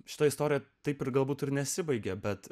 štai istoriją taip ir galbūt ir nesibaigė bet